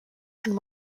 and